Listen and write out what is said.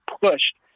pushed